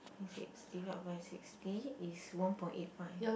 thirty six divide by sixty is one point eight five